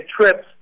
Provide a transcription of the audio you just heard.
trips